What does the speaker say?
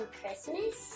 Christmas